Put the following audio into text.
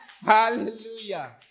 Hallelujah